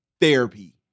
therapy